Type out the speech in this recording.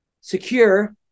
secure